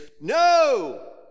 No